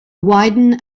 widen